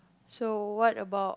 so what about